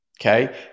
Okay